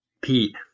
Pete